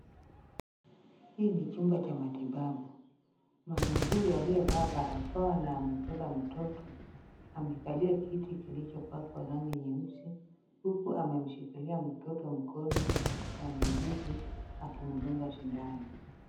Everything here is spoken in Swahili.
Hiki ni chumba cha matibabu. Mama huyu aliyevaa barakoa na amebeba mtoto amekalia kiti kilichopakwa rangi nyeusi huku amemshikilia mtoto mkono na muuguzi akimdunga sindano.